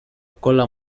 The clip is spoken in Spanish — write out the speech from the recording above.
cola